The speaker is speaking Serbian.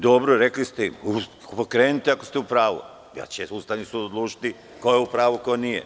Dobro, rekli ste - okrenite ako ste u pravu jer će Ustavni sud odlučiti ko je u pravu, a ko nije.